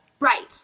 Right